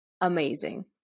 amazing